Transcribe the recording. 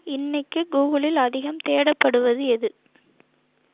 இன்னைக்கு கூகுளில் அதிகம் தேடப்படுவது எது